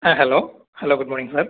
ആ hello hello good morning sir